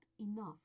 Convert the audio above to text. enough